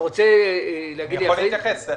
אני יכול להתייחס.